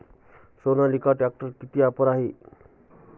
सोनालिका ट्रॅक्टरवर ऑफर किती आहे?